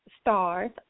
stars